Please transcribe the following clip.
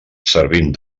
servint